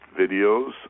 videos